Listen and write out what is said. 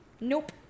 Nope